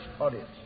audience